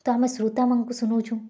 ତ ଆମେ ଶ୍ରୋତାମାନଙ୍କୁ ଶୂନଉଛୁଁ